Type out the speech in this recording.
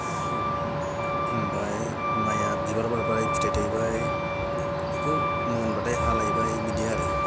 ओमफ्राय माइया बिबार बारबाय फिथाइ थायबाय बेखौ मोनबाथाय हालायबाय बिदि आरो